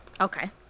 Okay